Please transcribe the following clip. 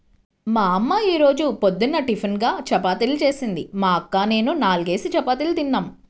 మా యమ్మ యీ రోజు పొద్దున్న టిపిన్గా చపాతీలు జేసింది, మా అక్క నేనూ నాల్గేసి చపాతీలు తిన్నాం